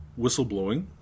whistleblowing